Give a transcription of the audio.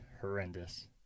horrendous